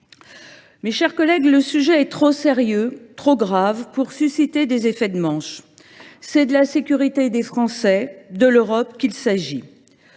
Mes chers collègues, le sujet est trop sérieux, trop grave, pour donner lieu à des effets de manche : c’est de la sécurité des Français et de l’Europe qu’il s’agit.